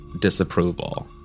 disapproval